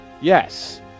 yes